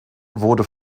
wurde